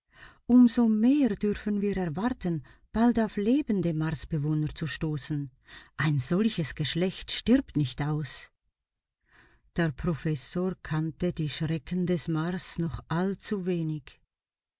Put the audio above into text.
so mehr dürfen wir erwarten bald auf lebende marsbewohner zu stoßen ein solches geschlecht stirbt nicht aus der professor kannte die schrecken des mars noch